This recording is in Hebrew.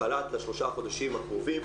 החל"ת ל-3 חודשים הקרובים,